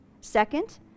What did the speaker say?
Second